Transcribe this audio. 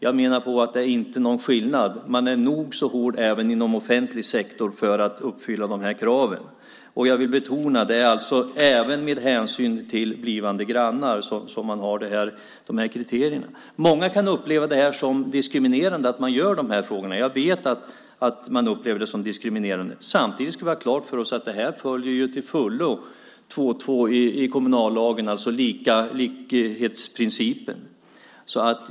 Jag menar att det inte är någon skillnad. Man är nog så hård även inom offentlig sektor för att uppfylla de här kraven. Jag vill betona att det även är med hänsyn till blivande grannar som man har de här kriterierna. Många kan uppleva det som diskriminerande att man ställer de här frågorna. Jag vet att man upplever det som diskriminerade. Samtidigt ska vi ha klart för oss att det följer till fullo 2 kap. 2 § i kommunallagen, alltså likhetsprincipen.